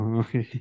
okay